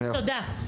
תודה.